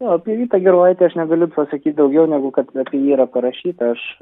jo apie vytą gerulaitį aš negaliu pasakyt daugiau negu kad apie jį yra parašyta aš